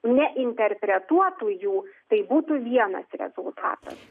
ne interpretuotų jų tai būtų vienas rezultatas